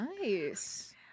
Nice